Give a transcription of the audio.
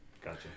Gotcha